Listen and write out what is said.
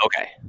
okay